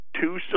two